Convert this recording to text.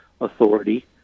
authority